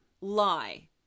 lie